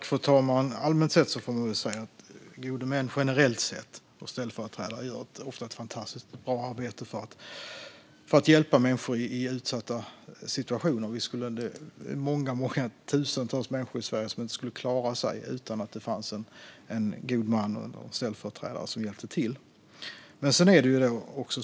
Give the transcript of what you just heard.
Fru talman! Generellt sett gör gode män och andra ställföreträdare ett fantastiskt och bra arbete för att hjälpa människor i utsatta situationer. Det finns många tusentals människor i Sverige som inte skulle klara sig utan en god man eller ställföreträdare som hjälper till.